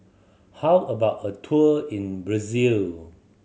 how about a tour in Brazil